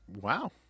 Wow